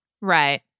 Right